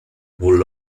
would